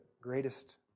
greatest